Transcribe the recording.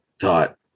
thought